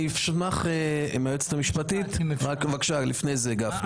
אני אשמח אם היועצת המשפטית תתייחס אבל לפני כן הרב גפני.